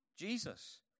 Jesus